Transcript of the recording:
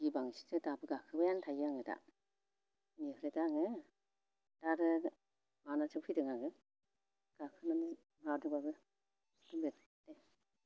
गिबांसिनसो दाबो गाखोबाय आं थायो आं दा बिनिफ्राय दा आङो दा आरो माबानानैसो फैदों आङो गाखोनानै माबादोंब्लाबो